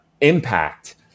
impact –